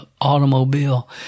automobile